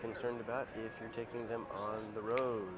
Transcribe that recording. concerned about if you're taking them on the road